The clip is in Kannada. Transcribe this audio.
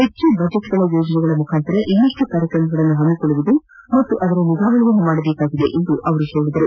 ಹೆಚ್ಚು ಬಜೆಟ್ಗಳ ಯೋಜನೆಗಳ ಮುಖಾಂತರ ಇನ್ನಷ್ಟು ಕಾರ್ಯಕ್ರಮಗಳನ್ನು ಹಮ್ನಿಕೊಳ್ಳುವುದು ಹಾಗೂ ಅದರ ನಿಗಾವಣೆಯನ್ನು ಮಾಡಬೇಕಿದೆ ಎಂದರು